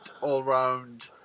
all-round